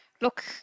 Look